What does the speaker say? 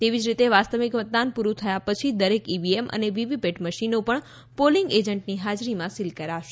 એવી જ રીતે વાસ્તવિક મતદાન પૂરું થયા પછી દરેક ઈવીએમ અને વીવીપેટ મશીનો પણ પોલિંગ એજન્ટની હાજરીમાં સીલ કરાશે